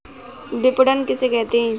विपणन किसे कहते हैं?